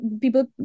people